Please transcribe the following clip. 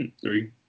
three